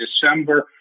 december